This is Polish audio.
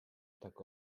tak